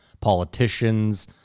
politicians